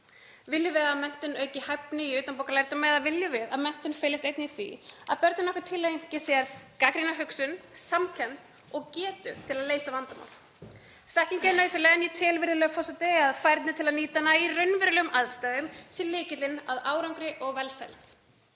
Viljum við að menntun auki hæfni í utanbókarlærdómi eða viljum við að menntun felist einnig í því að börnin okkar tileinki sér gagnrýna hugsun, samkennd og getu til að leysa vandamál? Þekking er nauðsynleg en ég tel, virðulegur forseti, að færni til að nýta hana í raunverulegum aðstæðum sé lykillinn að árangri og velsæld.